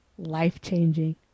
life-changing